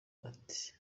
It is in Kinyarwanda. ati